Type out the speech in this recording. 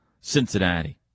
Cincinnati